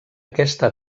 aquesta